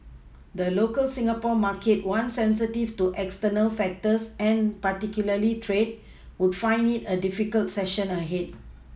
the local Singapore market one sensitive to external factors and particularly trade would find it a difficult session ahead